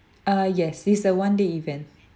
ah yes it's a one day event